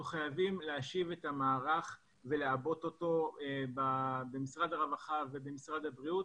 אנחנו חייבי להשיב את המערך ולעבות אותו במשרד הרווחה ובמשרד הבריאות,